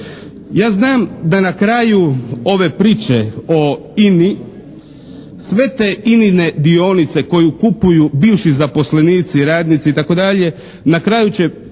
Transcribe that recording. Ja znam da na kraju ove priče o INA-i sve te INA-ne dionice koje kupuju bivši zaposlenici, radnici itd. na kraju će